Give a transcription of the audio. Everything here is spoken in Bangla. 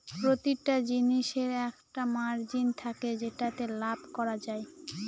প্রতিটা জিনিসের একটা মার্জিন থাকে যেটাতে লাভ করা যায়